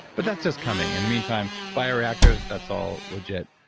but that's just coming. in the meantime, bioreactors, that's all legit.